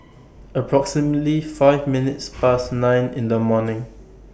approximately five minutes Past nine in The morning